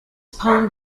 poem